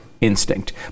instinct